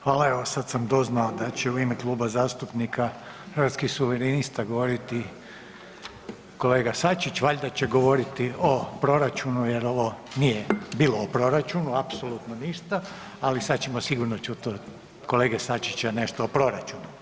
Hvala, evo sad sam doznao da će u ime Kluba zastupnika Hrvatskih suverenista govoriti kolega Sačić, valjda će govoriti o proračunu jer ovo nije bilo o proračunu, apsolutno ništa, ali sad ćemo sigurno čuti od kolege Sačića nešto o proračunu.